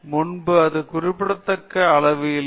முன்பு அது குறிப்பிடத்தக்க அளவு இல்லை